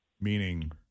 meaning